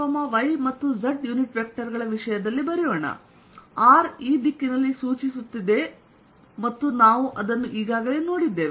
ಅವುಗಳನ್ನುx y ಮತ್ತು z unit vector ಗಳ ವಿಷಯದಲ್ಲಿ ಬರೆಯೋಣ r ಈ ದಿಕ್ಕಿನಲ್ಲಿ ಸೂಚಿಸುತ್ತಿದೆ ಮತ್ತು ನಾವು ಅದನ್ನು ಈಗಾಗಲೇ ನೋಡಿದ್ದೇವೆ